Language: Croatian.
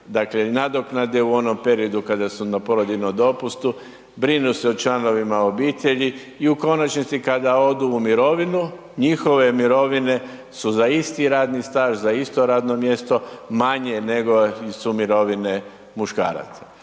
dakle nadoknade u onom periodu kada su na porodiljnom dopustu, brinu se o članovima obitelji, i u konačnici kada odu u mirovinu, njihove mirovine su za isti radni staž, za isto radno mjesto manje nego su mirovine muškaraca.